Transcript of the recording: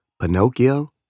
Pinocchio